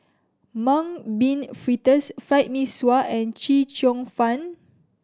Mung Bean Fritters Fried Mee Sua and Chee Cheong Fun